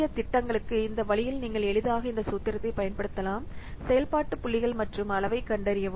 சிறிய திட்டங்களுக்கு இந்த வழியில் நீங்கள் எளிதாக இந்த சூத்திரத்தைப் பயன்படுத்தலாம் செயல்பாடு புள்ளிகள் மற்றும் அளவைக் கண்டறியவும்